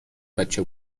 بچه